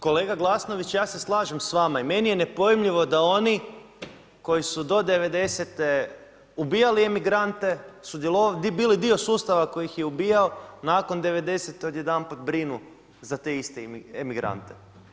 Kolega Glasnović ja se slažem s vama i meni je nepojmljivo da oni koji su do '90.-te ubijali emigrante, sudjelovali, bili dio sustava koji ih je ubijao nakon '90.-te odjedanput brinu za te iste emigrante.